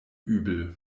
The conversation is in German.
übel